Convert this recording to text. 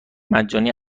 مجانی